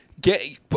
get